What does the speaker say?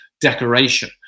decoration